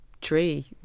tree